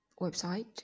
website